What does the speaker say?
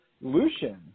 Lucian